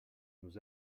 nous